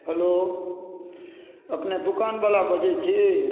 hello अपने दोकान बला बजै छी